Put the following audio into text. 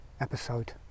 episode